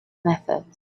methods